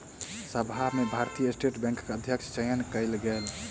सभा में भारतीय स्टेट बैंकक अध्यक्षक चयन कयल गेल